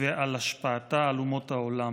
ועל השפעתה על אומות העולם.